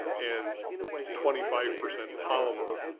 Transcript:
and twenty five percent polymer.